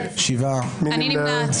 מי נמנע?